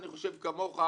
אני חושב כמוך,